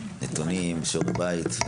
נתונים ושיעורי בית.